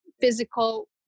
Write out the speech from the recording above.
physical